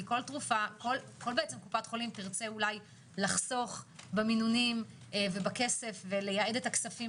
כי כל קופת חולים תרצה אולי לחסוך במינונים ולייעד את הכספים